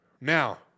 Now